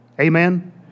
Amen